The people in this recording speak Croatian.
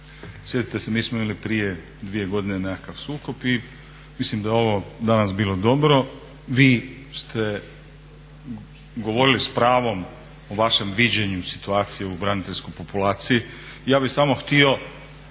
Sjetite se mi smo imali prije 2 godine nekakav sukob i mislim da je ovo danas bilo dobro. Vi ste govorili s pravom o vašem viđenju situacije u braniteljskoj populaciji. Ja bih samo htio